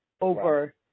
over